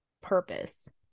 purpose